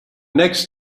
next